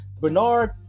Bernard